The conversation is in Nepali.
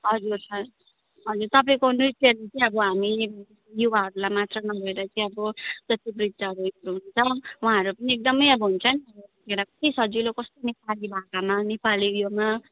हजुर सर हजुर तपाईँको नृत्यले चाहिँ अब हामी युवाहरूलाई मात्र न भएर चाहिँ अब जतिपनि हुन्छ वहाँहरू पनि एकदमै अब हुन्छ नि सजिलो कस्तो नेपाली भाकामा नेपाली उयोमा